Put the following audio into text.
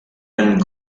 and